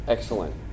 Excellent